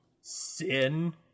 sin